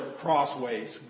Crossways